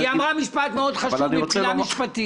היא אמרה משפט מאוד חשוב מבחינה משפטית.